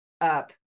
up